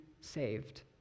saved